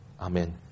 Amen